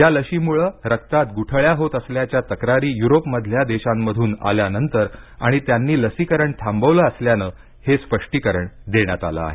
या लशीमुळं रक्तात गुठळ्या होत असल्याच्या तक्रारी युरोपमधल्या देशांमधून आल्यानंतर आणि त्यांनी लसीकरण थांबवलं असल्यानं हे स्पष्टीकरण देण्यात आलं आहे